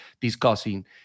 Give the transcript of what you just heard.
discussing